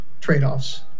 trade-offs